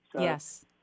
Yes